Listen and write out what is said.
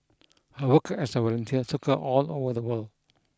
her work as a volunteer took her all over the world